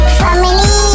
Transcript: family